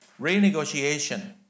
Renegotiation